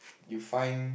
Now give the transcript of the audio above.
you find